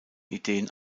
ideen